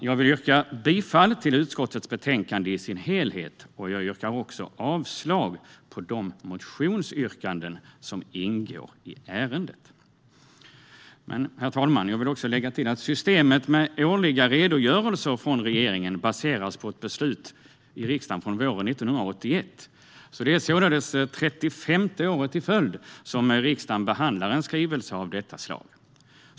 Jag yrkar bifall till utskottets förslag till betänkande i dess helhet och avslag på de motionsyrkanden som ingår i ärendet. Jag vill också tillägga att systemet med årliga redogörelser från regeringen baseras på ett beslut i riksdagen från våren 1981. Det är således 35:e året i följd som riksdagen behandlar en skrivelse av detta slag.